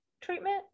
treatment